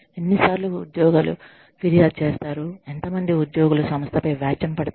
ఎన్నిసార్లు ఉద్యోగులు ఫిర్యాదు చేస్తారు ఎంత మంది ఉద్యోగులు సంస్థపై వ్యాజ్యము పడతారు